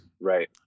Right